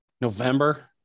November